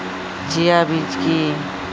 Chia বীজ কী?